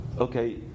Okay